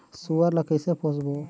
सुअर ला कइसे पोसबो?